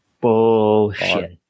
Bullshit